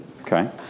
Okay